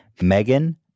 Megan